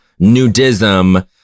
nudism